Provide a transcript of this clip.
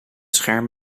scherm